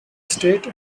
state